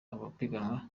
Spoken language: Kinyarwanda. abapiganwa